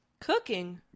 Cooking